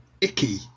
icky